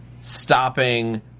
stopping